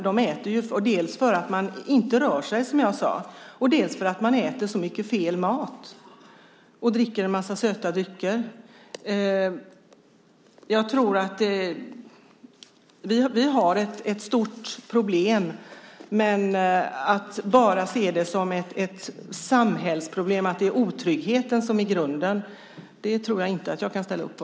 Fetman beror dels på att de inte rör sig, dels på att de äter så mycket felaktig mat och dricker en massa söta drycker. Vi har ett stort problem, men att bara se det som ett samhällsproblem och att det är otryggheten som är grunden tror jag inte att jag kan ställa upp på.